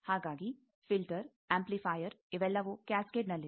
ಹಾಗಾಗಿ filter amplifier ಇವೆಲ್ಲವೂ cascade ನಲ್ಲಿದೆ